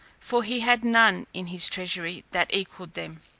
for he had none in his treasury that equalled them.